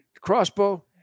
crossbow